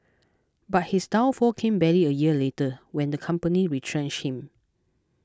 but his downfall came barely a year later when the company retrenched him